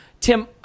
Tim